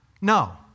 No